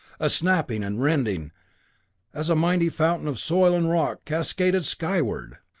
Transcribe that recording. a snapping and rending as a mighty fountain of soil and rock cascaded skyward,